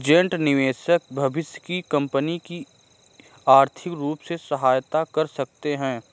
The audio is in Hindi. ऐन्जल निवेशक भविष्य की कंपनियों की आर्थिक रूप से सहायता कर सकते हैं